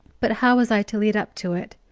but how was i to lead up to it?